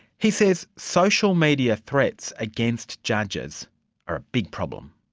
he says social media threats against judges are a big problem.